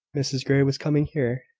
mrs grey was coming here,